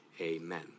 Amen